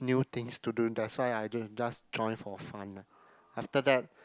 new things to do that's why I j~ just join for fun lah after that